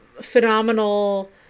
phenomenal